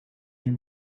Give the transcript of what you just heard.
you